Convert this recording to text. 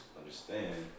understand